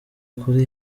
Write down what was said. kuri